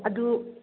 ꯑꯗꯨ